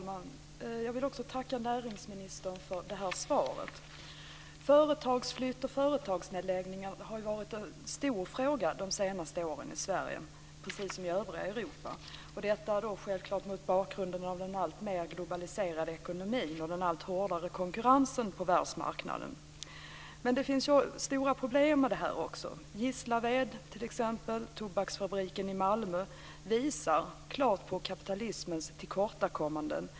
Herr talman! Jag vill tacka näringsministern för detta svar. Företagsflytt och företagsnedläggning har varit en stor fråga de senaste åren i Sverige, precis som i övriga Europa - detta självklart mot bakgrund av den alltmer globaliserade ekonomin och den allt hårdare konkurrensen på världsmarknaden. Det finns stora problem med detta. Det som hänt i Gislaved och med tobaksfabriken i Malmö, t.ex., visar klart på kapitalismens tillkortakommanden.